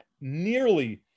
nearly